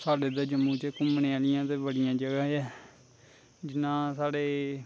साढ़े इधर जम्मू च घुमने आह्लियां ते बड़ियां जगहा ऐ जियां साढ़े